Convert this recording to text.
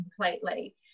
completely